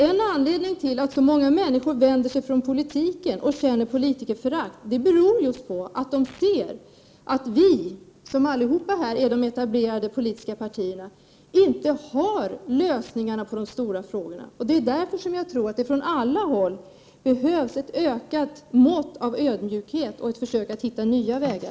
En anledning till att så många människor vänder sig från politiken och känner politikerförakt är att de ser att vi, som alla är etablerade politiker, inte har lösningarna på de stora problemen. Därför tror jag att det från alla håll behövs ett ökat mått av ödmjukhet och försök att hitta nya vägar.